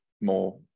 more